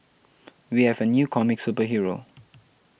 we have a new comic superhero